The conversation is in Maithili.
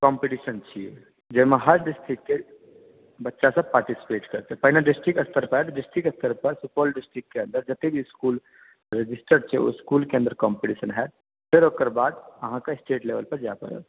कॉम्पिटीशन छियै जाहिमे हर डिस्ट्रिक्टकेँ बच्चासब पार्टिसिपेट करतै पहिने डिस्ट्रिक्ट स्तर पर होयत डिस्ट्रिक्ट स्तर पर सुपौल डिस्ट्रिक्ट के अन्दर जते भी इसकुल रजिस्टर छै ओहि इसकुल के अन्दर कॉम्पिटीशन होयत फेर ओकरबाद अहाँके स्टेट लेवल पर जाय परत